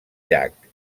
llac